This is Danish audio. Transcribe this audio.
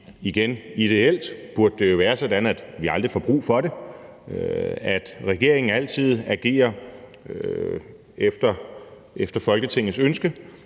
Ideelt burde det jo være sådan, at vi aldrig får brug for det; at regeringen altid agerer efter Folketingets ønske.